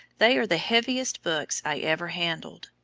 they are the heaviest books i ever handled.